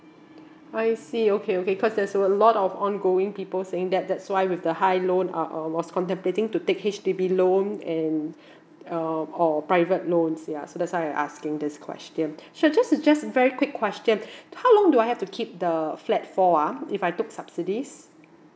I see okay okay cause there's a lot of ongoing people saying that that's why with the high loan uh I was contemplating to take H_D_B loan and um or private loans yeah so that's why I asking this question so I just just very quick question how long do I have to keep the flat for ah if I took subsidies